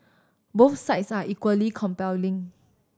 both sides are equally compelling